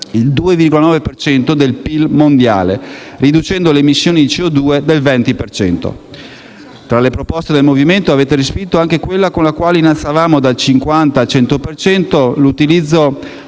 cento del PIL mondiale), riducendo le emissioni di CO2 del 20 per cento. Tra le proposte del Movimento avete respinto anche quella con la quale innalzavamo dal 50 al 100 per cento